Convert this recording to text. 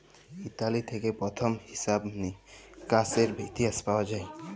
Italy থেক্যে প্রথম হিছাব মিকাশের ইতিহাস পাওয়া যায়